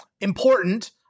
important